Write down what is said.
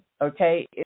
Okay